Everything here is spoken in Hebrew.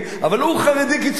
אבל הוא חרדי קיצוני.